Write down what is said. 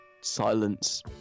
silence